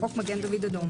1940 ; (3)חוק מגן דוד אדום,